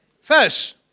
First